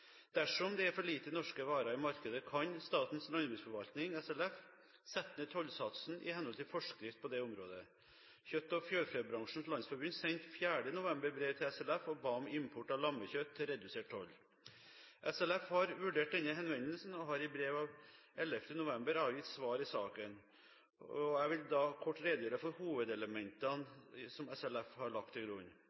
Dersom det er for lite norske varer i markedet, kan Statens landbruksforvaltning, SLF, sette ned tollsatsen i henhold til forskrift på det området. Kjøtt- og fjørfebransjens Landsforbund sendte 4. november brev til SLF og ba om import av lammekjøtt til redusert toll. SLF har vurdert denne hendelsen og har i brev av 11. november avgitt svar i saken. Jeg vil kort redegjøre for hovedelementene som SLF har lagt til grunn: